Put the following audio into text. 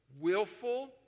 willful